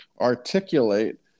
articulate